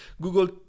Google